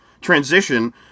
transition